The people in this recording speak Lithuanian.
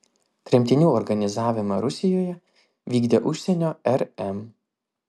tremtinių organizavimą rusijoje vykdė užsienio rm